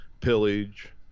pillage